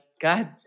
God